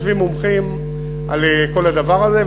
יושבים מומחים על כל הדבר הזה,